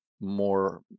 more